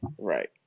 right